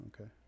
Okay